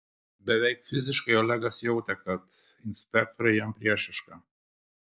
beveik fiziškai olegas jautė kad inspektorė jam priešiška